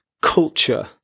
culture